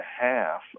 half